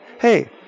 hey